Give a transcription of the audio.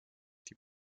die